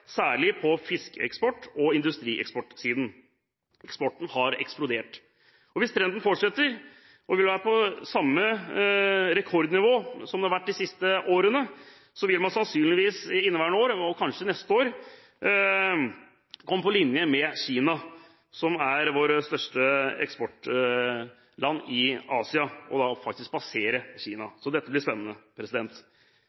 særlig på fiskeeksport og industrieksportsiden. Eksporten har eksplodert. Hvis trenden fortsetter og eksporten kommer opp på samme rekordnivå som de siste årene, vil Sør-Korea sannsynligvis i inneværende år og kanskje neste år komme på linje med Kina, som er vårt største eksportland i Asia, og da faktisk passere Kina.